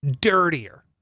dirtier